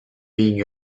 being